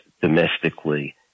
domestically